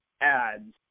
ads